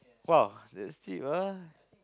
!wah! that steep ah